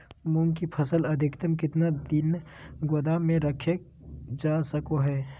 मूंग की फसल अधिकतम कितना दिन गोदाम में रखे जा सको हय?